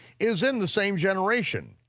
is in the same generation.